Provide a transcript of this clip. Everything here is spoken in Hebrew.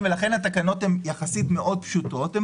התקנות הן יחסית מאוד פשוטות, הן